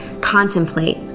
contemplate